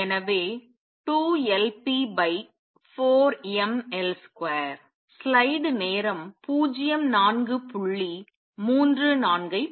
எனவே 2Lp4mL2